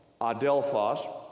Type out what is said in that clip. adelphos